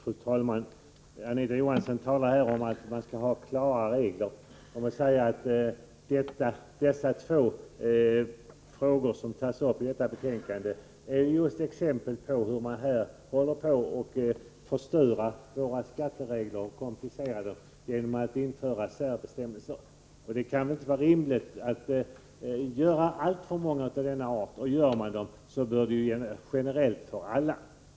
Fru talman! Anita Johansson talar om att man skall ha klara regler i skattelagstiftningen. Samtidigt är dessa två frågor som tas upp i detta betänkande just exempel på hur man håller på att förstöra våra skatteregler och komplicera dem genom att införa särbestämmelser. Det är inte rimligt att införa bestämmelser av denna art i vårt skattesystem, om man trots allt gör det bör de gälla generellt för alla.